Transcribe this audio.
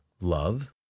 love